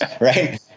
Right